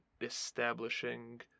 establishing